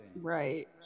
Right